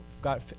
got